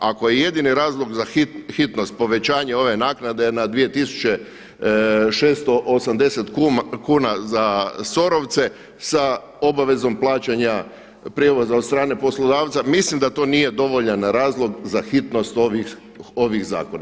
Ako je jedini razlog za hitnost, povećanje ove naknade na 2680 kuna za SOR-ovce sa obavezom plaćanja prijevoza od strane poslodavca mislim da to nije dovoljan razlog za hitnost ovih zakona.